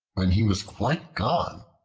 when he was quite gone,